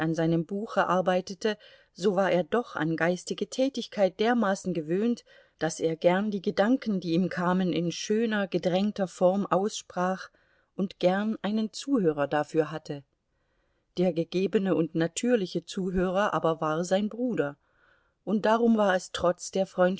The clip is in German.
seinem buche arbeitete so war er doch an geistige tätigkeit dermaßen gewöhnt daß er gern die gedanken die ihm kamen in schöner gedrängter form aussprach und gern einen zuhörer dafür hatte der gegebene und natürliche zuhörer aber war sein bruder und darum war es trotz